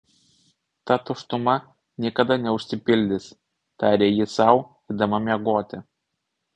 ta tuštuma niekada neužsipildys tarė ji sau eidama miegoti